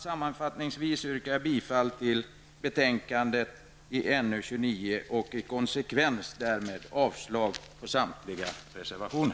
Sammanfattningsvis yrkar jag bifall till hemställan i näringsutskottets betänkande